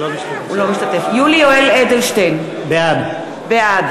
בהצבעה יולי יואל אדלשטיין, בעד